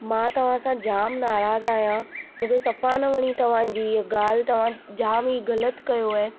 मां तव्हां सां जामु नाराज़ु आहियां मूंखे सफ़ा न वणी तव्हांजी हीअ ॻाल्हि तव्हां जामु ई ग़लति कयो आहे